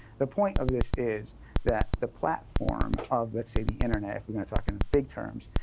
the point of this is that the platform of, let's say, the internet, if we're going to talk in big terms,